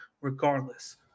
regardless